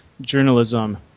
journalism